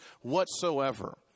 whatsoever